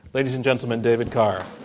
ladies and gentlemen, david carr.